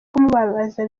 kumubabaza